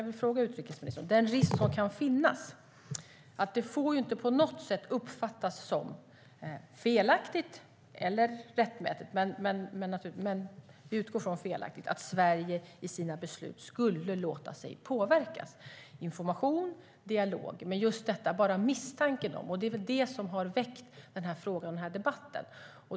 Det får inte felaktigt - eller rättmätigt kanske, men vi utgår från att det är felaktigt här - uppfattas som att Sverige i sina beslut skulle låta sig påverkas. Det handlar om information och dialog. Det får inte finnas någon misstanke, och det är detta som har väckt frågan och debatten.